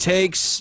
Takes